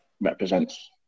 represents